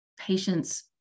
patients